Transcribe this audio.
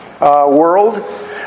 world